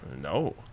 no